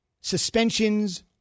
suspensions